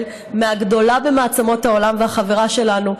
מהגדולה במעצמות העולם והחברה שלנו,